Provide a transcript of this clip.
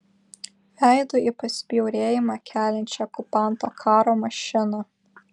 veidu į pasibjaurėjimą keliančią okupanto karo mašiną